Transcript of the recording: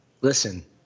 Listen